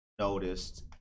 noticed